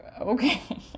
okay